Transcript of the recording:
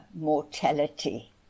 mortality